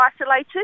isolated